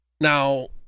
Now